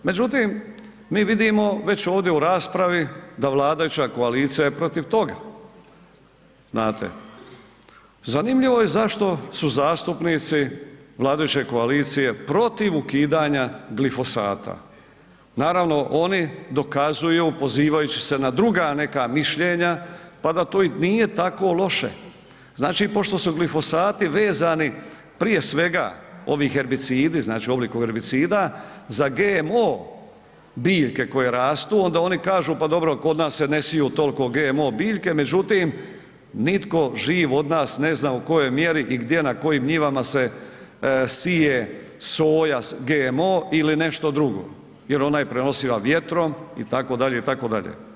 Međutim mi vidimo već ovdje u raspravi da vladajuća koalicija je protiv toga znate, zanimljivo je zašto su zastupnici vladajuće koalicije protiv ukidanja glifosata, naravno oni dokazuju pozivajući se na druga neka mišljenja, pa da to i nije tako loše, znači pošto su glifosati vezani prije svega, ovi herbicidi znači, u obliku herbicida, za GMO biljke koje rastu, onda oni kažu pa dobro kod nas se ne siju toliko GMO biljke, međutim nitko živ od nas ne zna u kojoj mjeri i gdje na kojim njivama se sije soja GMO ili nešto drugo, jer ona je prenosiva vjetrom i tako dalje, i tako dalje.